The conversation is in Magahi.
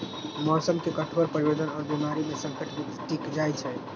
मौसम के कठोर परिवर्तन और बीमारी में संकर बीज टिक जाई छई